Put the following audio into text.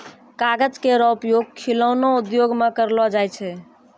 कागज केरो उपयोग खिलौना उद्योग म करलो जाय छै